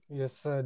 yes